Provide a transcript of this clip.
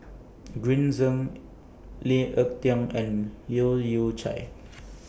Green Zeng Lee Ek Tieng and Leu Yew Chye